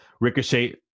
Ricochet